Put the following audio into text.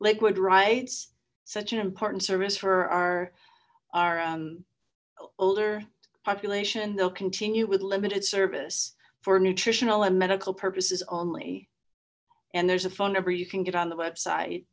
rides such an important service for our our older population they'll continue with limited service for nutritional and medical purposes only and there's a phone number you can get on the website